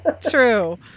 True